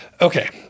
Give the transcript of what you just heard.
okay